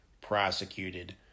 prosecuted